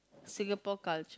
Singapore culture